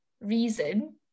reason